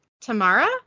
tamara